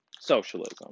Socialism